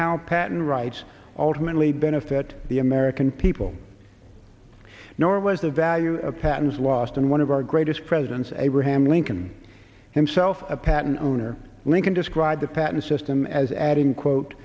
how patent rights ultimately benefit the american people nor was the value of patents lost in one of our greatest presidents abraham lincoln himself a patent owner lincoln described the patent system as adding quote